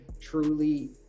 truly